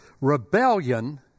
Rebellion